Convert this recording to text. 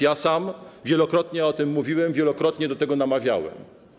Ja sam wielokrotnie o tym mówiłem, wielokrotnie do tego namawiałem.